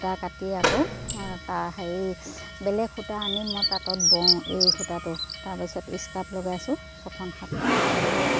সূতা কাটি আকৌ তাৰ হেৰি বেলেগ সূতা আনি মই তাঁতত বওঁ এৰী সূতাটো তাৰপিছত স্কাৰ্ফ লগাইছোঁ ছখন সাতখন তেনেকৈ